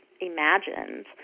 imagined